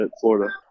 Florida